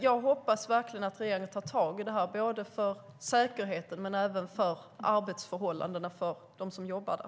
Jag hoppas verkligen att regeringen tar tag i det här, både för säkerheten och för arbetsförhållandena för dem som jobbar där.